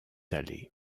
allé